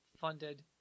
funded